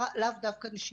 לאו דווקא נשימתית.